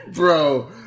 Bro